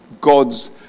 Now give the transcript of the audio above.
God's